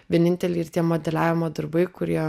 vieninteliai ir tie modeliavimo darbai kurie